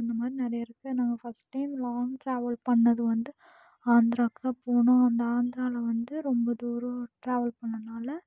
அந்த மாதிரி நிறைய இருக்கு நாங்கள் ஃபஸ்ட் டைம் லாங் டிராவல் பண்ணது வந்து ஆந்திராவுக்கு தான் போனோம் அந்த ஆந்திராவில் வந்து ரொம்ப தூரம் டிராவல் பண்ணதுனால